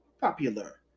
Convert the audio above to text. popular